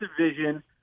division